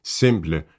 simple